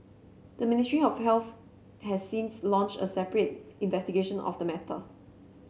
the Ministry of Health has since launched a separate investigation of the matter